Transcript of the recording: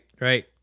Right